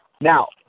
Now